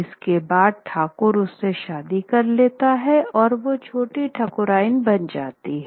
इसके बाद ठाकुर उससे शादी कर लेता है और वह छोटी ठाकुरायन बन जाती है